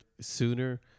sooner